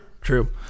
true